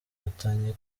nkotanyi